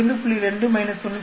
2 93